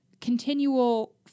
continual